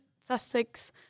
Sussex